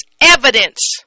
evidence